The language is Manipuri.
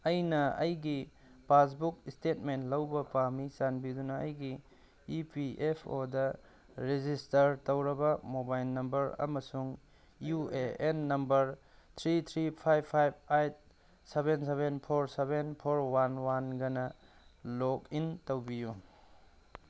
ꯑꯩꯅ ꯑꯩꯒꯤ ꯄꯥꯁꯕꯨꯛ ꯁ꯭ꯇꯦꯠꯃꯦꯟ ꯂꯧꯕ ꯄꯥꯝꯃꯤ ꯆꯥꯟꯕꯤꯗꯨꯅ ꯑꯩꯒꯤ E P F O register ꯇꯧꯔꯕ ꯃꯣꯕꯥꯏꯟ ꯅꯝꯕ꯭ꯔ ꯑꯃꯁꯨꯡ U A N number three three five five eight seven seven four seven four one ꯋꯥꯟꯒꯅ ꯂꯣꯛꯏꯟ ꯇꯧꯕꯤꯌꯨ